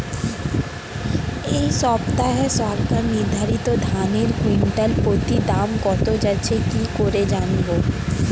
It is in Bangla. এই সপ্তাহে সরকার নির্ধারিত ধানের কুইন্টাল প্রতি দাম কত যাচ্ছে কি করে জানবো?